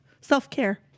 Self-care